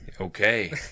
Okay